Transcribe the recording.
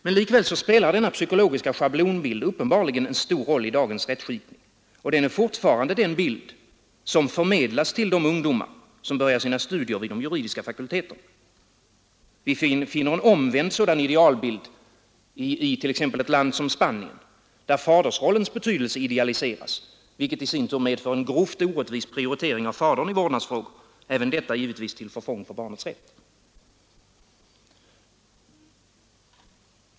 Men likväl spelar denna psykologiska schablonbild uppenbarligen en stor roll i dagens rättsskipning, och den är fortfarande den bild som förmedlas till de ungdomar som studerar vid de juridiska fakulteterna. Vi finner en omvänd sådan idealbild i t.ex. ett land som Spanien, där fadersrollens betydelse idealiseras, vilket i sin tur medför en grovt orättvis prioritering av fadern i vårdnadsfrågor — även detta givetvis till förfång för barnets rätt.